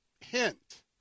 hint